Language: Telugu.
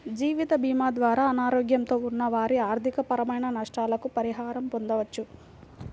జీవితభీమా ద్వారా అనారోగ్యంతో ఉన్న వారి ఆర్థికపరమైన నష్టాలకు పరిహారం పొందవచ్చు